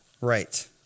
right